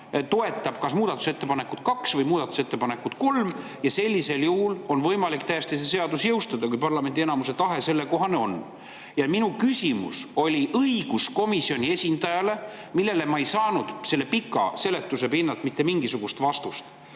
toetab kas muudatusettepanekut nr 2 või muudatusettepanekut nr 3 ja sellisel juhul on täiesti võimalik see seadus jõustada, kui parlamendi enamuse tahe sellekohane on. Mul oli õiguskomisjoni esindajale küsimus, millele ma ei saanud selle pika seletuse pinnalt mitte mingisugust vastust.